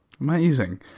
Amazing